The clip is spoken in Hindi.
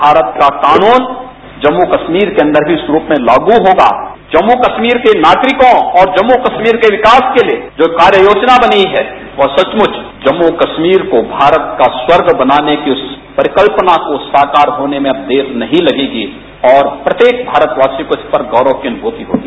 भारत का कानून जम्मू कश्मीर के अन्दर जिस रूप में लागू होगा जम्मू कश्मीर के नागरिकों को और जम्मू कश्मीर के विकास के लिये जो कार्य योजना बनी है वह सचमुच जम्मू कश्मीर को भारत का स्वर्ग बनाने की उप परिकल्पना को साकार होने में अब देर नहीं लगेगी और प्रत्येक भारतवासी को इस पर गौरव की अनुभूति होगी